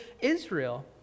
Israel